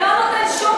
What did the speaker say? זה לא נותן שום